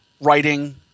writing